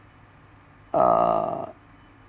err